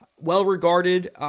well-regarded